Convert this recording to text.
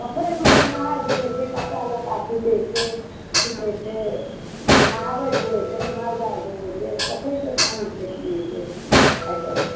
पोखरिमे लोक नहाइ धोआइ छै कपड़ा लत्ता खीचैत छै खीचैत छै नहाबै धोआइ छै माल जाल धोयैत छै पोखरिके पानिके पियैत छै आइ काल्हि